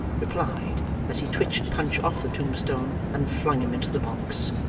replied, as he twitched punch off the tombstone and flung him into the box,